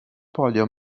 podio